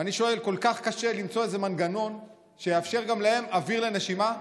ואני שואל: כל כך קשה למצוא מנגנון שיאפשר גם להם אוויר לנשימה?